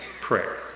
prayer